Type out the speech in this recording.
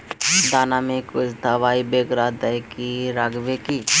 दाना में कुछ दबाई बेगरा दय के राखबे की?